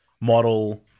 model